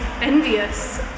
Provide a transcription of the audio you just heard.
envious